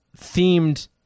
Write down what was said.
themed